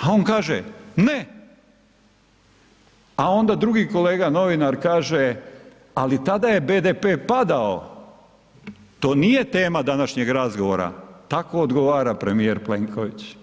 a on kaže ne, a onda drugi kolega novinar kaže, ali tada je BDP padao, to nije tema današnjeg razgovora, tako odgovara premijer Plenković.